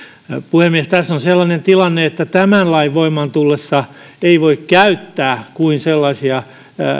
puhemies tässä on sellainen tilanne että tämän lain voimaan tullessa ei voi käyttää kuin sellaisia